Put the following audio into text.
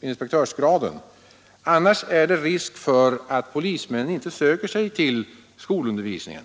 inspektörsgraden — annars är det risk för att polismännen inte söker sig till skolundervisningen.